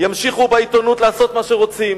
ימשיכו בעיתונות לעשות מה שרוצים.